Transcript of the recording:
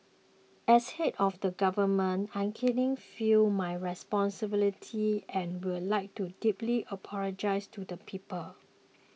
as head of the government I keenly feel my responsibility and would like to deeply apologise to the people